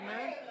Amen